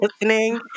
listening